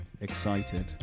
excited